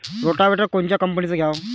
Rotavator कोनच्या कंपनीचं घ्यावं?